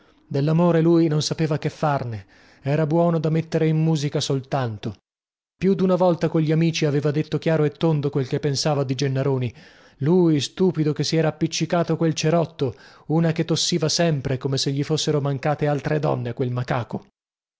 dellamore lui non sapeva che farne era buono da mettere in musica soltanto più duna volta cogli amici aveva detto chiaro e tondo quel che pensava di gennaroni lui stupido che si era appiccicato quel cerotto una che tossiva sempre come se gli fossero mancate altre donne a quel macaco